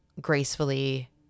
gracefully